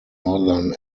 northern